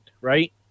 right